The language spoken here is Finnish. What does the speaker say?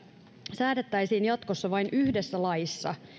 säädettäisiin jatkossa vain yhdessä laissa